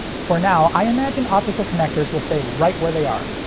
for now, i imagine optical connectors will stay right where they are.